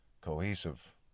cohesive